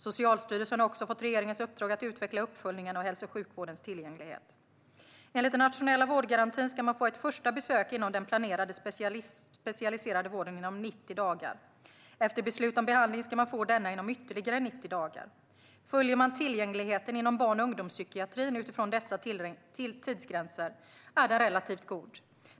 Socialstyrelsen har också fått regeringens uppdrag att utveckla uppföljningen av hälso och sjukvårdens tillgänglighet. Enligt den nationella vårdgarantin ska man få ett första besök inom den planerade specialiserade vården inom 90 dagar. Efter beslut om behandling ska man få denna inom ytterligare 90 dagar. Följer man tillgängligheten inom barn och ungdomspsykiatrin utifrån dessa tidsgränser är den relativt god.